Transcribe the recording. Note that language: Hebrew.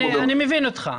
אני מבין אותך.